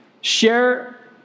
Share